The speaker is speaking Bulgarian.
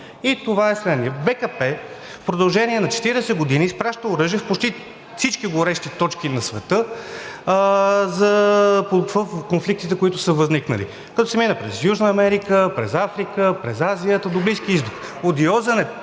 БКП в продължение на 40 години изпраща оръжие в почти всички горещи точки на света в конфликтите, които са възникнали, като се мине през Южна Америка, през Африка, през Азия, та до Близкия Изток.